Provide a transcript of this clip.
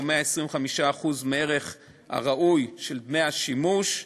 או 125% הערך הראוי של דמי השימוש,